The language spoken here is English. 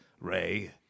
Ray